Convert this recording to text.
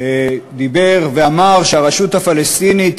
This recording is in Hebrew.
שדיבר ואמר שהרשות הפלסטינית,